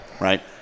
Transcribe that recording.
right